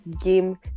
game